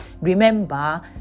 Remember